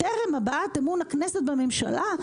טרם הבעת אמון הכנסת בממשלה,